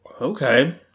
Okay